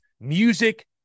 music